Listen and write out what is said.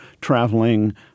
traveling